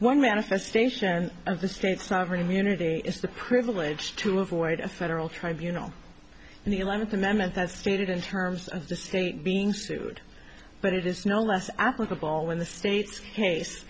one manifestation of the state sovereign immunity is the privilege to avoid a federal trial you know and the eleventh amendment that stated in terms of the state being sued but it is no less applicable in the state's case